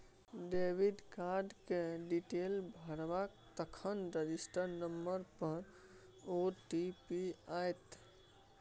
debit card केर detail भरबै तखन रजिस्टर नंबर पर ओ.टी.पी आएत